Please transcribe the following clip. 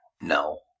No